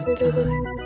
time